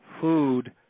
food